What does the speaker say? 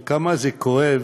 וכמה זה כואב